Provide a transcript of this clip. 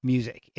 Music